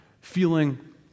feeling